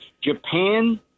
Japan